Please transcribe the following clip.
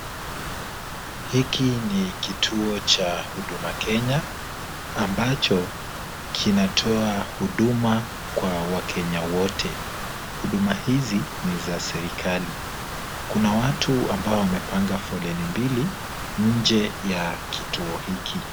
Hiki ni kituo cha Huduma Kenya, ambacho kinatoa huduma kwa wakenya wote. Huduma hizi ni za serikali. Kuna watu ambao wamepanga foleni mbili nje ya kituo hiki.